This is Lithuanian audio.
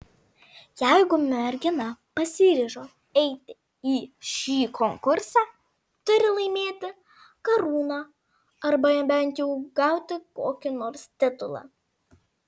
jeigu mergina pasiryžo eiti į šį konkursą turi laimėti karūną arba bent jau gauti kokį nors titulą